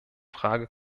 frage